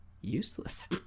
useless